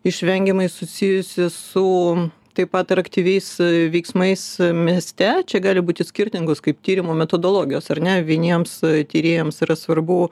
išvengiamai susijusi su taip pat ir aktyviais veiksmais mieste čia gali būti skirtingos kaip tyrimo metodologijos ar ne vieniems tyrėjams yra svarbu